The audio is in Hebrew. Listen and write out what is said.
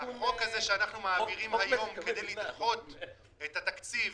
יש חוק תיקון --- הצעת החוק שאנחנו מעבירים היום כדי לדחות את התקציב